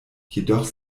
jedoch